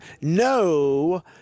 No